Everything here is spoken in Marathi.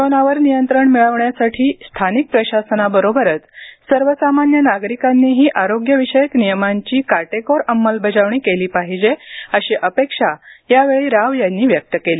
कोरोनावर नियंत्रण मिळवण्यासाठी स्थानिक प्रशासनाबरोबरच सर्वसामान्य नागरिकांनीही आरोग्यविषयक नियमांची काटेकोर अंमलबजावणी केली पाहिजे अशी अपेक्षा यावेळी राव यांनी व्यक्त केली